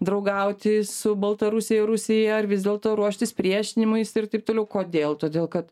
draugauti su baltarusija ir rusija ar vis dėlto ruoštis priešinimuisi ir taip toliau kodėl todėl kad